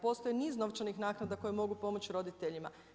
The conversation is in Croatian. Postoji niz novčanih naknada koje mogu pomoći roditeljima.